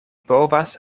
povas